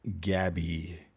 Gabby